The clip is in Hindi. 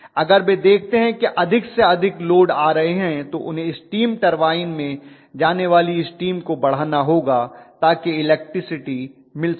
अगर वे देखते हैं कि अधिक से अधिक लोड आ रहा है तो उन्हें स्टीम टरबाइन में जाने वाली स्टीम को बढ़ाना होगा ताकि इलेक्ट्रिसिटी मिल सके